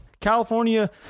California